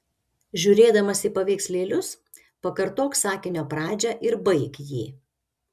žiūrėdamas į paveikslėlius pakartok sakinio pradžią ir baik jį